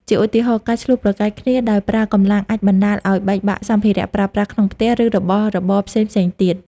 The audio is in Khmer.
ជាឧទាហរណ៍ការឈ្លោះប្រកែកគ្នាដោយប្រើកម្លាំង អាចបណ្ដាលឲ្យបែកបាក់សម្ភារៈប្រើប្រាស់ក្នុងផ្ទះ ឬរបស់របរផ្សេងៗទៀត។